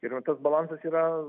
ir va tas balansas yra